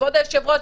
כבוד היושב-ראש,